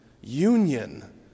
union